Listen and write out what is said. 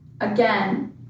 Again